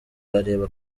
areba